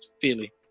Philly